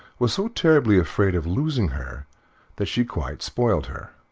was so terribly afraid of losing her that she quite spoiled her,